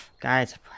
Guys